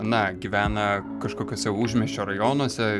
na gyvena kažkokiuose užmiesčio rajonuose